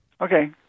Okay